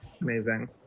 Amazing